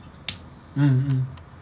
mm mm